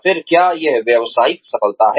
फिर क्या यह व्यावसायिक सफलता है